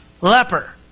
leper